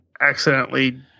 accidentally